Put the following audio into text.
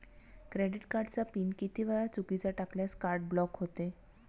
Credit कार्डचा pin किती वेळा चुकीचा टाकल्यास कार्ड ब्लॉक होते?